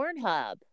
Pornhub